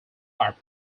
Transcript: are